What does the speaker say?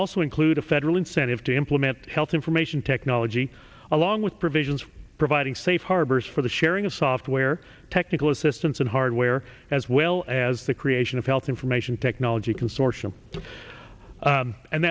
also include a federal incentive to implement health information technology along with provisions for providing safe harbors for the sharing of software technical assistance and hardware as well as the creation of health information technology consortium